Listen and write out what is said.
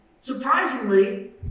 Surprisingly